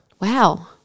Wow